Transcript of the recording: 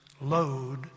load